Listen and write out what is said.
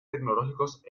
tecnológicos